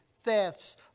thefts